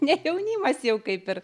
ne jaunimas jau kaip ir